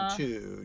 two